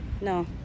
No